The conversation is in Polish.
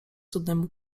cudnemu